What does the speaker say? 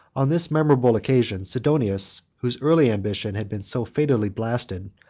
on this memorable occasion, sidonius, whose early ambition had been so fatally blasted,